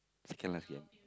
second last game